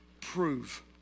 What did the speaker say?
prove